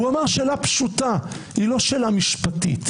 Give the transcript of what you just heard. והוא שאל שאלה פשוטה, היא לא שאלה משפטית.